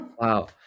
Wow